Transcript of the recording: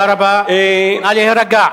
נא להירגע.